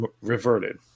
reverted